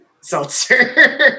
seltzer